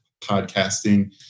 podcasting